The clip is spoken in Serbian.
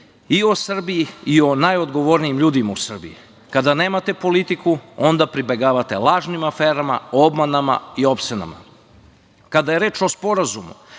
i o Srbiji i o najodgovornijim ljudima u Srbiji. Kada nemate politiku, onda pribegavate lažnim aferama, obmanama i opsenama. Kada je reč o Sporazumu